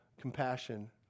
compassion